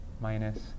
minus